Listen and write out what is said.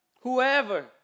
Whoever